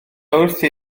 wrthi